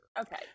Okay